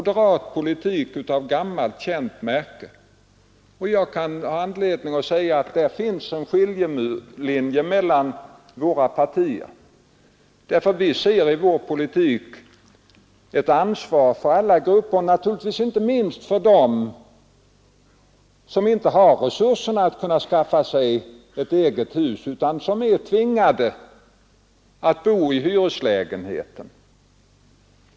Dessa program skall ingå i de kommunala bostadsförsörjningsprogrammen. De programmen kommer — det är jag övertygad om — att i framtiden få stor betydelse och vara ett underlag för det samarbete som måste komma till stånd mellan kommun, fastighetsägare och hyresgäster.